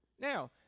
Now